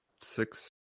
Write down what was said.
six